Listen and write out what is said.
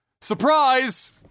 surprise